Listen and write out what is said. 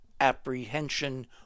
apprehension